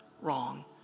wrong